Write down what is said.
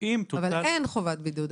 אבל אין חובת בידוד היום.